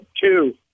two